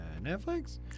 Netflix